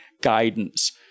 guidance